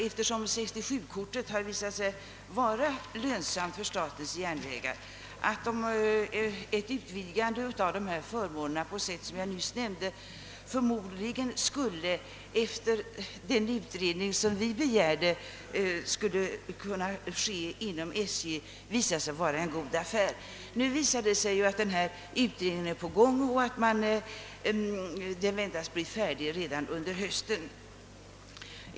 Eftersom 67-kortet visat sig vara lönsamt för SJ, har vi utgått från att ett utvidgande av dessa förmåner på sätt som jag nyss nämnt förmodligen skulle, efter den utredning inom SJ, som vi begärt, bli en god affär. Nu visar det sig att en sådan utredning arbetar och väntas bli färdig redan under hösten.